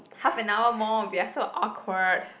half an hour more we are so awkward